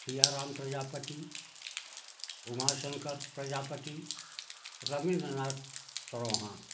Siyaram Prajapati Umashankar Prajapati Ravindranath Chauhan